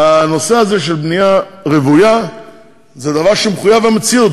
הנושא הזה של בנייה רוויה זה דבר שהוא מחויב המציאות,